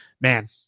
man